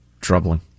Troubling